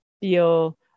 feel